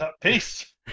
Peace